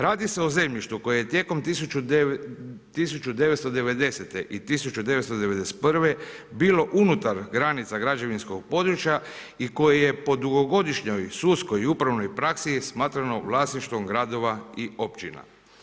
Radi se o zemljištu koje je tijekom 1990. i 1991. bilo unutar granica građevinskog područja i koje je po dugogodišnjoj sudskoj i upravnoj praksi smatrano vlasništvom gradova i općina.